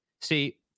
See